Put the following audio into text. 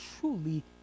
truly